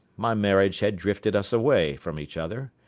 my marriage had drifted us away from each other.